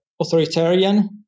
authoritarian